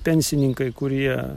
pensininkai kurie